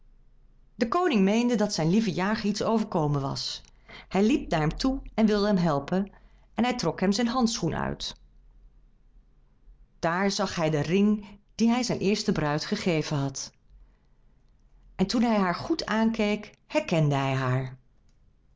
de koning meende dat zijn lieve jager iets overkomen was hij liep naar hem toe en wilde hem helpen en hij trok hem zijn handschoen uit daar zag hij den ring dien hij zijn eerste bruid gegeven had en toen hij haar goed aankeek herkende hij haar